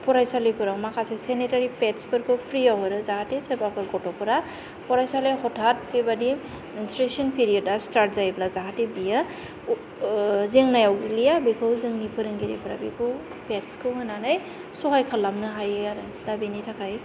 फरायसालिफोराव माखासे सेनितारि पेद्सफोरखौ फ्रिआव हरो जाहाथे सोरबाफोर गथ'फोरा फरायसालिआव हथाथ बेबादि मेनस्ट्रुएसन पेरियडआ स्टार्त जायोब्ला जाहाथे बेयो जेंनायाव गोलैया बेखौ जोंनि फोरोंगिरिफोरा बेखौ पेद्सखौ होनानै सहाय खालामनो हायो आरो दा बेनि थाखाय